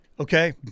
Okay